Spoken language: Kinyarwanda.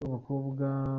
w’abakobwa